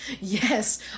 Yes